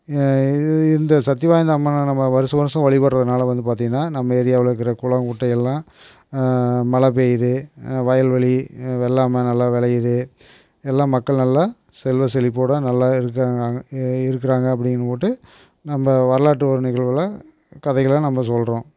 இது இந்த சத்தி வாய்ந்த அம்மனை நம்ம வருஷம் வருஷம் வழிபடுகிறதுனால வந்து பார்த்திங்கனா நம்ம ஏரியாவில் இருக்கற குளம் குட்டை எல்லாம் மழை பெய்யுது வயல்வெளி வெள்ளாமை நல்லா விளையுது எல்லா மக்கள் நல்லா செல்வ செழிப்போடு நல்லா இருக்கிறேங்காங்க இருக்கிறாங்க அப்படினு போட்டு நம்ம வரலாற்று ஒரு நிகழ்வில் கதைகளை நம்ம சொல்கிறோம்